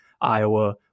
Iowa